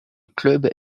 club